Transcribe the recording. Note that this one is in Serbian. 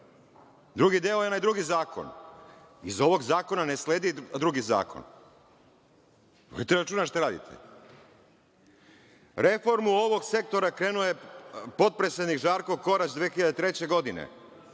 Drugi deo je onaj drugi zakon. Iz ovog zakona ne sledi drugi zakon. Vodite računa šta radite. Reformu ovog sektora krenuo je potpredsednik Žarko Korać 2003. godine,